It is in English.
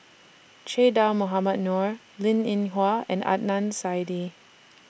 Che Dah Mohamed Noor Linn in Hua and Adnan Saidi